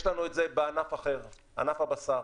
יש לנו את זה בענף אחר, בענף הבשר.